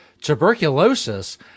tuberculosis